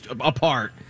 apart